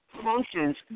functions